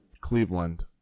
Cleveland